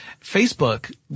Facebook